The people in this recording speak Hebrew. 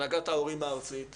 הנהגת ההורים הארצית שכן,